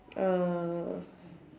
uh